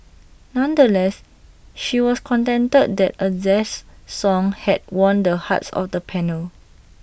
nonetheless she was contented that A jazz song had won the hearts of the panel